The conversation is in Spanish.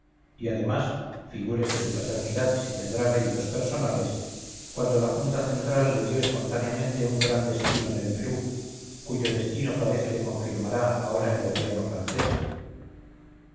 y además figúrese su paternidad si tendrá méritos personales cuando la junta central le dio espontáneamente un gran destino en el perú cuyo destino parece le confirmará ahora el gobierno francés